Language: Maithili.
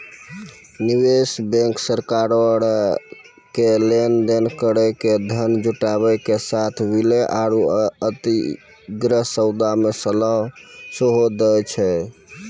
निवेश बैंक सरकारो के लेन देन करि के धन जुटाबै के साथे विलय आरु अधिग्रहण सौदा मे सलाह सेहो दै छै